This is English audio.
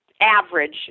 average